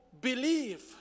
believe